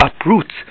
uproot